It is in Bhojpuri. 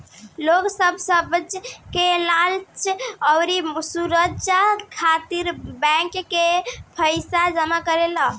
लोग सब ब्याज के लालच अउरी सुरछा खातिर बैंक मे पईसा जमा करेले